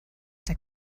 der